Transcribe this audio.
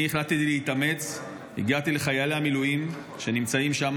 החלטתי להתאמץ, הגעתי לחיילי המילואים שנמצאים שם.